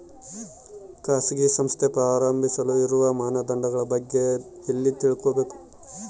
ಖಾಸಗಿ ಸಂಸ್ಥೆ ಪ್ರಾರಂಭಿಸಲು ಇರುವ ಮಾನದಂಡಗಳ ಬಗ್ಗೆ ಎಲ್ಲಿ ತಿಳ್ಕೊಬೇಕು?